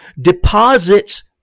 Deposits